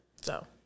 So-